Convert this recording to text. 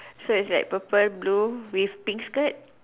so is like purple blue with pink skirt